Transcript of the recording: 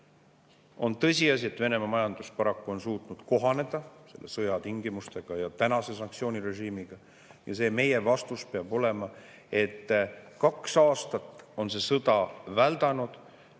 On tõsiasi, et Venemaa majandus paraku on suutnud kohaneda selle sõja tingimustega ja senise sanktsioonirežiimiga. Meie vastus peab olema see: kaks aastat on see sõda väldanud,